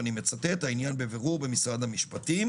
ואני מצטט: "העניין בבירור במשרד המשפטים",